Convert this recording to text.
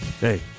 Hey